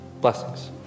Blessings